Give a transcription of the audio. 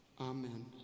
Amen